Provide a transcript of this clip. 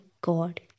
God